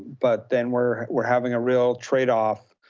but then we're we're having a real trade off,